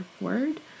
word